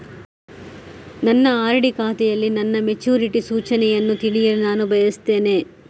ನನ್ನ ಆರ್.ಡಿ ಖಾತೆಯಲ್ಲಿ ನನ್ನ ಮೆಚುರಿಟಿ ಸೂಚನೆಯನ್ನು ತಿಳಿಯಲು ನಾನು ಬಯಸ್ತೆನೆ